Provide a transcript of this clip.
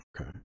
okay